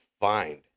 find